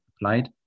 applied